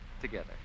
together